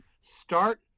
start